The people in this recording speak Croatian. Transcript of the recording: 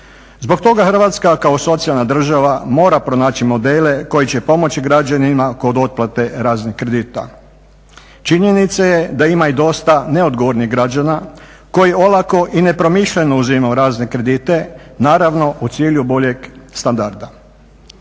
Zbog toga Hrvatska kao socijalna država mora pronaći modele koji će pomoći građanima kod otplate raznih kredita. Činjenica je da ima i dosta neodgovornih građana koji olako i nepromišljeno uzimaju razne kredite naravno u cilju boljeg standarda.